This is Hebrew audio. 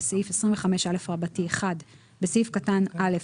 בסעיף 25א - בסעיף קטן (א),